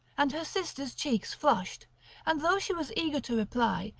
and her sister's cheeks flushed and though she was eager to reply,